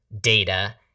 data